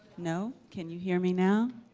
no? can you hear me now?